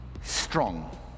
strong